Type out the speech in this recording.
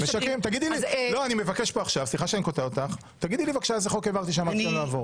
תגידי לי איזה חוק העברתי שאמרתי שלא אעביר.